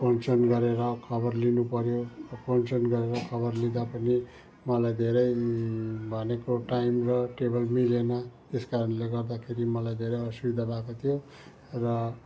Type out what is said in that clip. फोनसोन गरेर खबर लिनु पऱ्यो फोनसोन गरेर खबर लिँदा पनि मलाई धेरै भनेको टाइम र टेबल मिलेन त्यसकारणले गर्दाखेरि मलाई धेरै असुविधा भएको थियो र